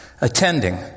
Attending